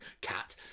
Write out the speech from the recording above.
Cat